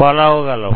కొలవగలము